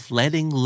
letting